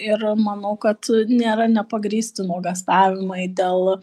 ir manau kad nėra nepagrįsti nuogąstavimai dėl